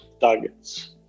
targets